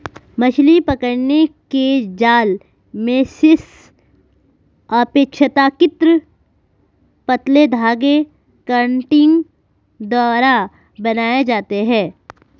मछली पकड़ने के जाल मेशेस अपेक्षाकृत पतले धागे कंटिंग द्वारा बनाये जाते है